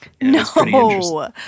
No